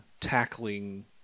tackling